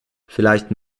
vielleicht